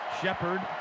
Shepard